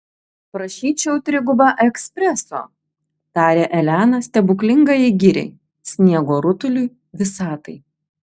prašyčiau trigubą ekspreso tarė elena stebuklingajai giriai sniego rutuliui visatai